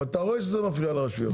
אבל אתה רואה שזה מפריע לרשויות.